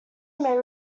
may